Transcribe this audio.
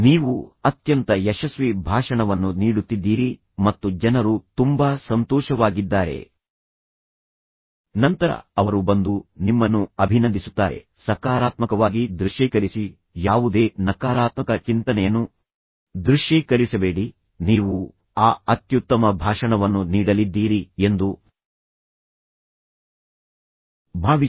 ನೀವು ಅತ್ಯಂತ ಯಶಸ್ವಿ ಭಾಷಣವನ್ನು ನೀಡುತ್ತಿದ್ದೀರಿ ಮತ್ತು ಜನರು ತುಂಬಾ ಸಂತೋಷವಾಗಿದ್ದಾರೆ ನಂತರ ಅವರು ಬಂದು ನಿಮ್ಮನ್ನು ಅಭಿನಂದಿಸುತ್ತಾರೆ ಸಕಾರಾತ್ಮಕವಾಗಿ ದೃಶ್ಯೀಕರಿಸಿ ಯಾವುದೇ ನಕಾರಾತ್ಮಕ ಚಿಂತನೆಯನ್ನು ದೃಶ್ಯೀಕರಿಸಬೇಡಿ ನೀವು ಆ ಅತ್ಯುತ್ತಮ ಭಾಷಣವನ್ನು ನೀಡಲಿದ್ದೀರಿ ಎಂದು ಭಾವಿಸಿ